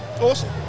Awesome